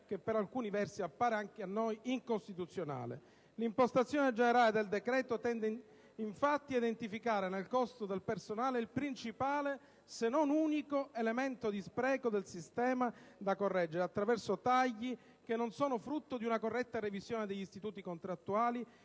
che, per alcuni versi, appare anche a noi incostituzionale. L'impostazione generale del decreto tende, infatti, a identificare nel costo del personale il principale, se non unico, elemento di spreco del sistema da correggere attraverso tagli che non sono frutto di una corretta revisione degli istituti contrattuali,